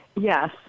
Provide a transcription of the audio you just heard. yes